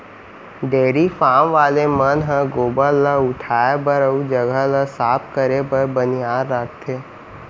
dairy farm वाला मन ह गोबर ल उठाए बर अउ जघा ल साफ करे बर बनिहार राखथें